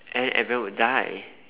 and then everyone will die